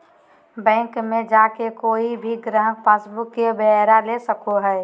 bank मे जाके कोय भी गाहक पासबुक पर ब्यौरा ले सको हय